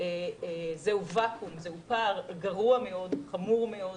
זה ואקום, זה פער גרוע מאוד, חמור מאוד.